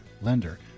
lender